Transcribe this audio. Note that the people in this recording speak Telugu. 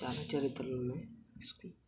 చాలా చరిత్రలు ఉన్నాయి